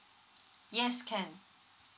yes can